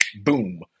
boom